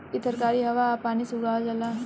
इ तरकारी हवा आ पानी से उगावल जाला